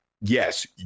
yes